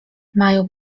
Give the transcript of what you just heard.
mają